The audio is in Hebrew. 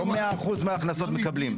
לא 100% מההכנסות מקבלים.